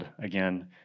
again